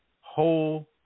whole